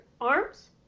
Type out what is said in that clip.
arms